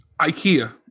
Ikea